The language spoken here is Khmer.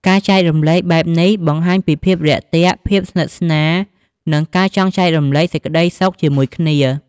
ការចែករំលែកបែបនេះ បង្ហាញពីភាពរាក់ទាក់ ភាពស្និទ្ធស្នាល និងការចង់ចែករំលែកសេចក្តីសុខជាមួយគ្នា។